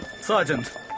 Sergeant